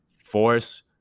Force